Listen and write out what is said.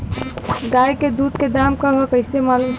गाय के दूध के दाम का ह कइसे मालूम चली?